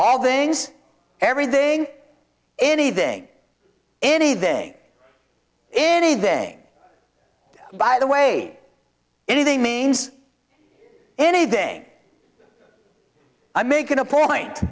all things everything anything anything anything by the way anything means anything i make a point